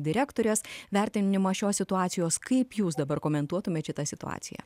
direktorės vertinimą šios situacijos kaip jūs dabar komentuotumėt šitą situaciją